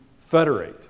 federate